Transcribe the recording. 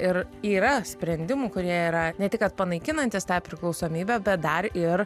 ir yra sprendimų kurie yra ne tik kad panaikinantys tą priklausomybę bet dar ir